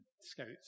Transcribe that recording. Scouts